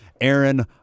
Aaron